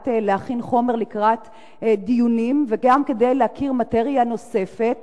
מנת להכין חומר לקראת הדיונים וגם כדי להכיר מאטריה נוספת.